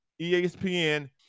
ESPN